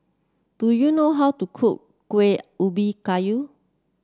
do you know how to cook Kueh Ubi Kayu